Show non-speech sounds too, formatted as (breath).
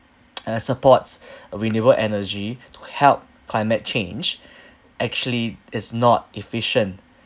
(noise) uh supports (breath) a renewable energy to help climate change (breath) actually is not efficient